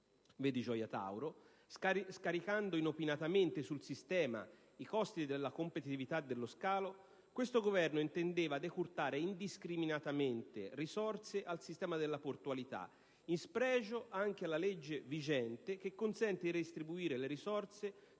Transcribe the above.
(vedi Gioia Tauro), scaricando inopinatamente sul sistema i costi della competitività dello scalo, questo Governo intendeva decurtare indiscriminatamente risorse al sistema della portualità, in spregio anche alla legge vigente che consente di redistribuire le risorse,